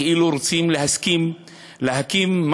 כאילו רוצים להסכים להקים,